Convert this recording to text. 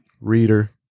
reader